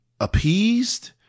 appeased